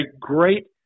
great